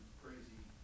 crazy